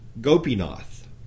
Gopinath